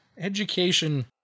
Education